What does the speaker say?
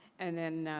and then